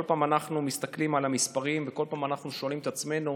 כל פעם אנחנו מסתכלים על המספרים וכל פעם אנחנו שואלים את עצמנו